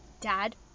Dad